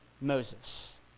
Moses